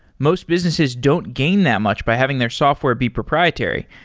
most businesses don't gain that much by having their software be proprietary.